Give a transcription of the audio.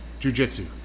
jujitsu